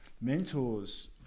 Mentors